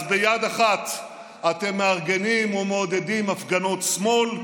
אז ביד אחת אתם מארגנים ומעודדים הפגנות שמאל,